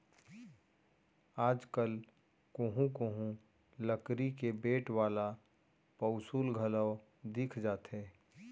आज कल कोहूँ कोहूँ लकरी के बेंट वाला पौंसुल घलौ दिख जाथे